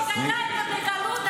כי לא גדלת בגלות,